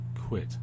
quit